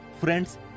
friends